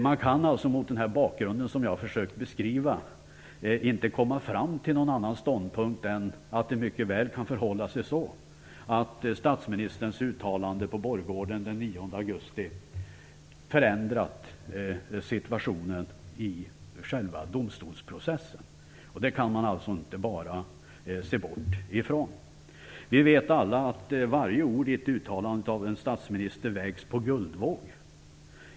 Man kan alltså, mot den bakgrund som jag har försökt beskriva, inte komma fram till någon annan ståndpunkt än att det mycket väl kan förhålla sig så att statsministerns uttalande på borggården den 9 augusti förändrat situationen i själva domstolsprocessen, och det kan man inte bara bortse från. Vi vet alla att varje ord i ett uttalande av en statsminister vägs på guldvåg.